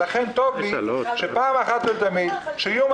לכן טוב לי שפעם אחת ולתמיד תהיינה